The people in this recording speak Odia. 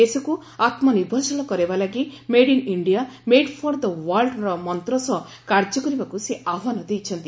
ଦେଶକୁ ଆତ୍କ ନିର୍ଭରଶୀଳ କରାଇବା ଲାଗି made in India made for the ୱାର୍ଲ୍ଚର ମନ୍ତ ସହ କାର୍ଯ୍ୟ କରିବାକୁ ସେ ଆହ୍ୱାନ ଦେଇଛନ୍ତି